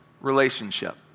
relationship